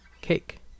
Cake